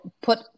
put